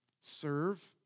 serve